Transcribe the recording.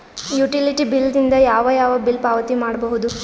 Utility bill ದಿಂದ ಯಾವ ಯಾವ ಬಿಲ್ ಪಾವತಿ ಮಾಡಬಹುದು?